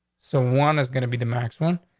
so one is gonna be the maxwell.